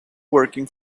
working